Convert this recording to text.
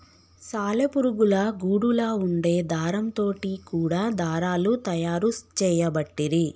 సాలె పురుగుల గూడులా వుండే దారం తోటి కూడా దారాలు తయారు చేయబట్టిరి